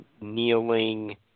kneeling